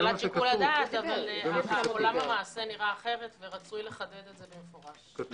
אבל עולם המעשה נראה אחרת ורצוי לחדד את זה מפורשות.